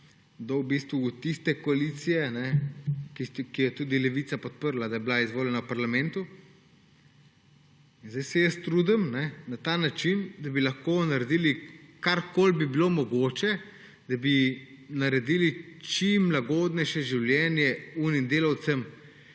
v bistvu do tiste koalicije, tiste, ki jo je tudi Levica podprla, da je bila izvoljena v parlamentu. Zdaj se jaz trudim na ta način, da bi lahko naredili, karkoli bi bilo mogoče, da bi naredili čim lagodnejše življenje onim delavcem,